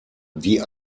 die